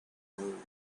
hole